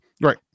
right